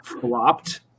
flopped